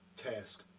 Task